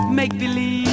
make-believe